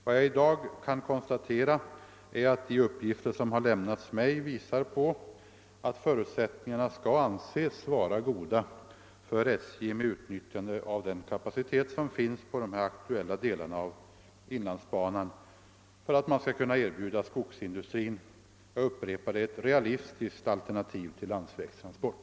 Vad jag i dag kan konstatera är att de uppgifter som lämnats mig visar, att förutsättningarna skall anses vara goda för att SJ med utnyttjande av den kapacitet som finns på de aktuella delarna av inlandsbanan skall kunna erbjuda skogsindustrin ett realistiskt alternativ till landsvägstransport.